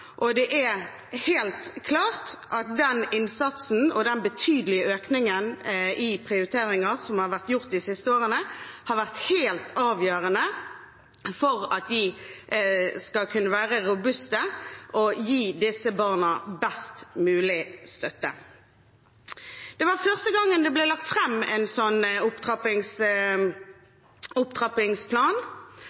og det er helt klart at den innsatsen og den betydelige økningen i prioriteringer som har vært gjort de siste årene, har vært helt avgjørende for at de skal kunne være robuste og gi disse barna best mulig støtte. Dette var første gangen det ble lagt fram en sånn opptrappingsplan,